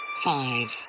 Five